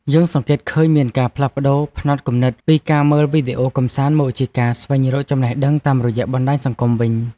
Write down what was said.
យើងសង្កេតឃើញមានការផ្លាស់ប្តូរផ្នត់គំនិតពីការមើលវីដេអូកម្សាន្តមកជាការស្វែងរកចំណេះដឹងតាមរយៈបណ្តាញសង្គមវិញ។